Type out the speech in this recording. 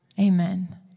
Amen